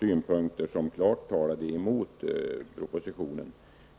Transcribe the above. synpunkter som var klart emot propositionen.